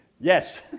Yes